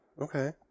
Okay